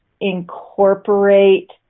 incorporate